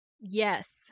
Yes